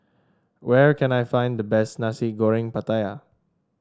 where can I find the best Nasi Goreng Pattaya